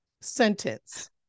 sentence